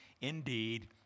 indeed